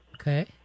Okay